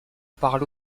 parle